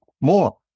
more